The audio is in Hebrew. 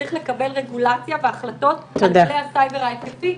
וצריך לקבל רגולציה והחלטות על כלי הסייבר ההתקפי,